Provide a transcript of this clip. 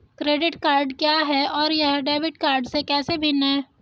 Credit card क्या है और यह डेबिट कार्ड से कैसे भिन्न है?